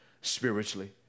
spiritually